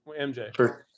MJ